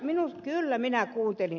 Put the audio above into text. kyllä minä kuuntelin